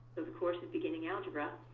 ah the course is beginning algebra.